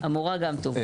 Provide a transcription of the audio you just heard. אמורא גם טוב.